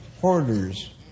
Hoarders